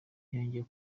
yongeye